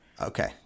okay